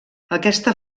aquesta